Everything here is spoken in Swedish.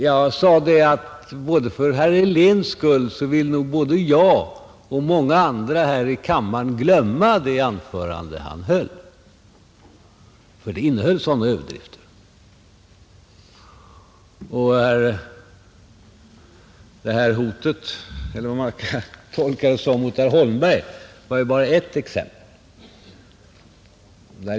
Jag sade att för herr Heléns skull vill nog både jag och många andra här i kammaren glömma det anförande han höll, för det innehöll sådana överdrifter. Det här hotet, eller vad man skall tolka det som, mot herr Holmberg var ju bara ett exempel.